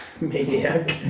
Maniac